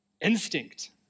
Instinct